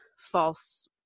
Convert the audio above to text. false